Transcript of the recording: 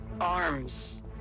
arms